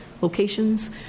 locations